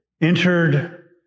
entered